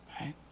Right